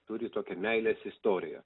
turi tokią meilės istoriją